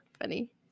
funny